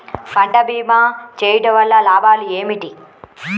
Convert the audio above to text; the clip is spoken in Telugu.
పంట భీమా చేయుటవల్ల లాభాలు ఏమిటి?